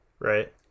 right